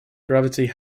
gravity